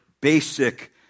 basic